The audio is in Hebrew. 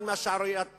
קטן מהישגי הממשלה